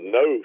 no